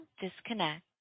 disconnect